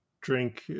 drink